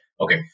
Okay